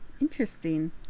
Interesting